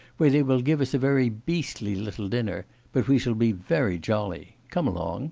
where they will give us a very beastly little dinner but we shall be very jolly. come along